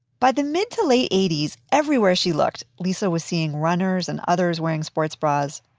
by the mid to late eighties, everywhere she looked, lisa was seeing runners and others wearing sports bras,